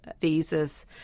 visas